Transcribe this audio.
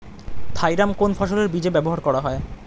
Thiram কোন ফসলের বীজে ব্যবহার করা হয়?